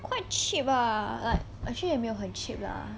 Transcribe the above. quite cheap ah like actually 也没有很 cheap lah